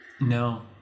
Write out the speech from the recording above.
No